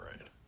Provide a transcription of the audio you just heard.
right